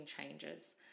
changes